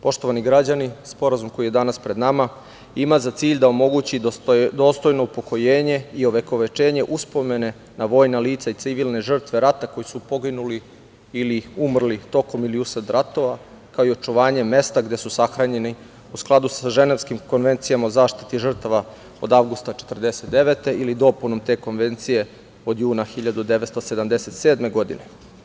Poštovani građani, sporazum koji je danas pred nama iza za cilj da omogući dostojno upokojenje i ovekovečenje uspomene na vojna lica i civilne žrtve rata koje su poginule ili umrle tokom ratova, kao i očuvanje mesta gde su sahranjeni u skladu sa Ženevskim konvencijama o zaštiti žrtava, od avgusta 1949. godine i dopunom te konvencije od juna od 1977. godine.